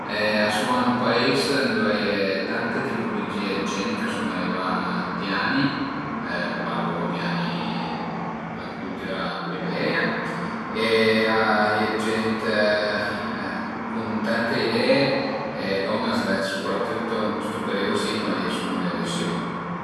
e a sun ün pais ëndua a ie tante tipulugie d'gent ch'a sun arivà ënt i ani, parlu di ani d'la cultüra pi veia e a ie d'gent cun tante idee e lon a s'ved sopratüt ën stu periodo si cuand a i sun le elesiun